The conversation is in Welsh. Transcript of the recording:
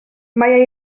mae